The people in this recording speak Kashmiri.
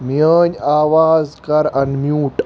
میٲنۍ آواز کَر اَن میوٗٹ